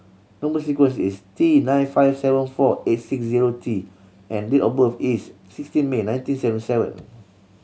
number sequence is T nine five seven four eight six zero T and date of birth is sixteen May nineteen seventy seven